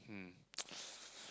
hmm